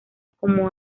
como